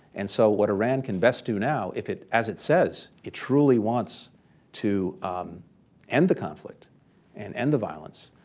and so what iran can best do now, if it, as it says it truly wants to end the conflict and end the violence,